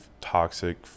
toxic